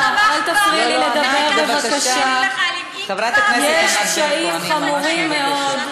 לא תמכת בנו, יש קשיים חמורים מאוד.